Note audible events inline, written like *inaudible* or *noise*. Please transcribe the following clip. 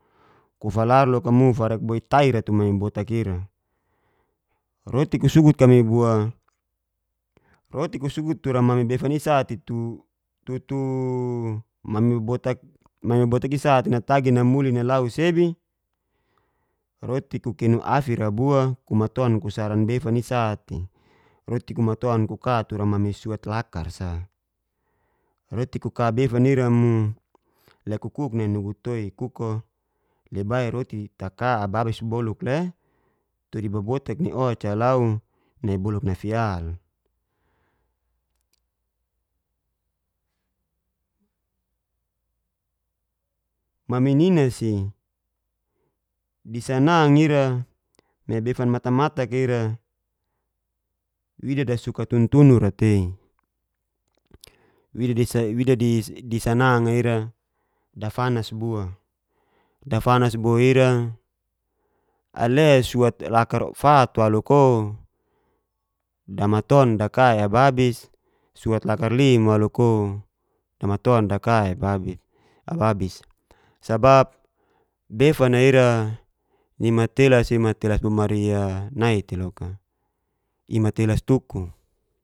Kufalaru loka mo farek boi taira tu mami botak ira, rotu ku sugut kami bua *hesitation* sugut tura mami befan isa'te tutuu mami botak'isa'te natagi namuli nalau sebi, roti ku kenu afira bua kumaton kusaran befan isa'te roti kumatoran kuka tura mami suat lakar sa, roti kuka befai ira mo le kuku nai nugu tao kuku'o lebi roti taka ababis boluk le todi babotak ni o'ca lau nai boluk nafial. Mami nina si disanang ira nai befan matamatak ira wida dasuka tuntunura tei *hesitation* wida di sanang'a ira dafanas bua, dafanas boira ale suat lakar fat waluk'o damaton daka'i ababis suat lakar lim waluk'o damaton daka'i *noise* ababis sabap befana ira ni matelas'i bomari'a nao tei loka imatelas tuku.